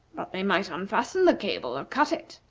they might unfasten the cable, or cut it,